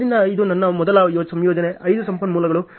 ಆದ್ದರಿಂದ ಇದು ನನ್ನ ಮೊದಲ ಸಂಯೋಜನೆ 5 ಸಂಪನ್ಮೂಲಗಳು